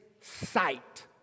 sight